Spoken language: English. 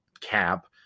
cap